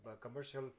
commercial